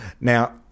Now